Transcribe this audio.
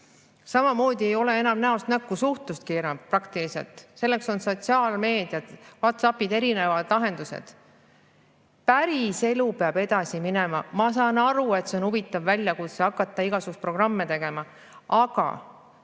Samamoodi ei ole enam näost näkku suhtlustki praktiliselt, selle asemel on sotsiaalmeedia, WhatsApp, erinevad lahendused. Päris elu peab edasi minema. Ma saan aru, et on huvitav väljakutse hakata igasugu programme tegema, aga